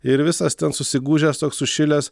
ir visas ten susigūžęs toks sušilęs